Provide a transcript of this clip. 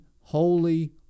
holy